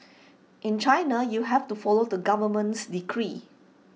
in China you have to follow the government's decree